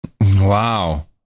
wow